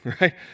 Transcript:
Right